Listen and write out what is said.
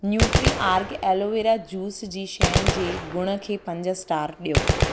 nutri org aloe vera juice जी शइ जे गुण खे पंज स्टार ॾियो